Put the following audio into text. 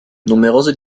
numerose